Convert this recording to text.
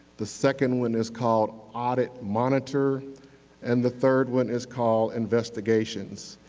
the second one is called audit monitor and the third one is called investigations.